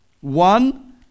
One